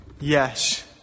yes